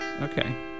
Okay